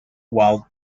while